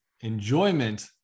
enjoyment